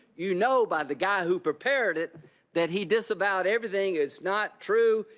you know by the guy who prepared it that he disavowed everything as not true,